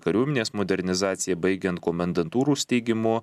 kariuomenės modernizacija baigiant komendantūrų steigimu